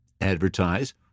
advertise